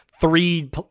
three